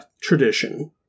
tradition